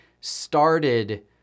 started